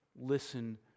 listen